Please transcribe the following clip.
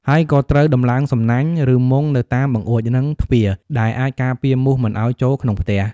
ហើយក៏ត្រូវដំឡើងសំណាញ់ ឬមុងនៅតាមបង្អួច និងទ្វារ ដែលអាចការពារមូសមិនឱ្យចូលក្នុងផ្ទះ។